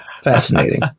Fascinating